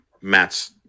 Matt's